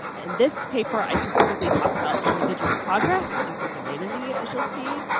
in this paper, i specifically talk about individual progress and group identity, as you'll see.